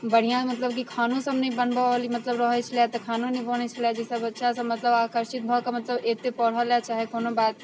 बढ़िआँ मतलब कि खानोसब नहि बनबऽवाली मतलब रहै छलैए तऽ खानो नहि बनै छलैए जाहिसँ बच्चासब मतलब आकर्षित भऽके मतलब अएतै पढ़ऽलए चाहे कोनो बात